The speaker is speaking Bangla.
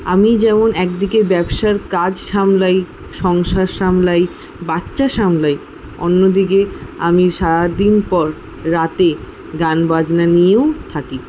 আমি যেমন একদিকে ব্যবসার কাজ সামলাই সংসার সামলাই বাচ্চা সামলাই অন্য দিকে আমি সারাদিন পর রাতে গান বাজনা নিয়েও থাকি